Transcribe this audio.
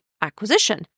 acquisition